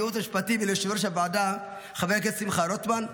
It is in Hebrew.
לייעוץ המשפטי וליושב-ראש הוועדה חבר הכנסת שמחה רוטמן,